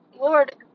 Lord